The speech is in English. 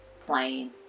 plain